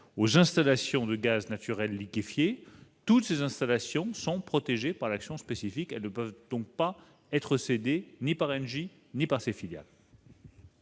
aux installations de gaz naturel liquéfié. Toutes ces installations sont protégées par l'action spécifique et ne peuvent donc être cédées ni par Engie ni par ses filiales.